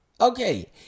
Okay